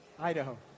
Idaho